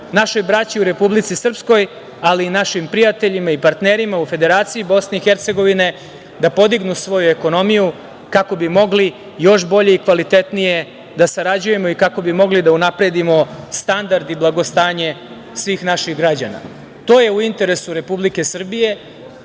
našoj braći u Republici Srpskoj, ali i našim prijateljima i partnerima u Federaciji BiH da podignu svoju ekonomiju kako bi mogli još bolje i kvalitetnije da sarađujemo, i kako bi mogli da unapredimo standard i blagostanje svih naših građana. To je u interesu Republike Srbije